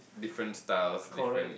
different styles different